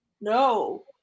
no